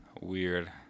weird